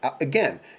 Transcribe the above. Again